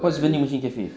what's vending machine cafe